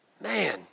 Man